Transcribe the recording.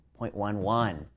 0.11